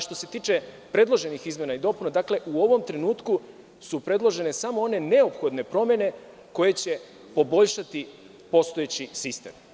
Što se tiče predloženih izmena i dopuna, u ovom trenutku su predložene samo one neophodne promene koje će poboljšati postojeći sistem.